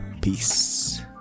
peace